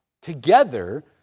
together